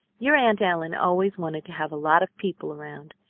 your aunt ellen always wanted to have a lot of people around,